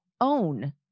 own